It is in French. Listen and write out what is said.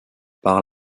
par